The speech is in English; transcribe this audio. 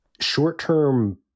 Short-term